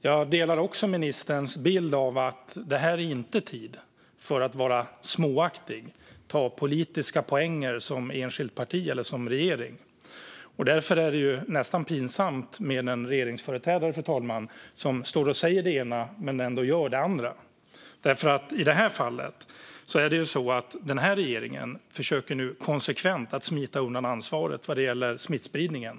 Jag delar också ministerns bild att det inte är tid att vara småaktig och ta politiska poänger som enskilt parti eller som regering. Därför är det nästan pinsamt med en regeringsföreträdare som står och säger det ena men ändå gör det andra, fru talman. I det här fallet är det nämligen så att regeringen konsekvent försöker smita undan ansvaret vad gäller smittspridningen.